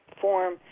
form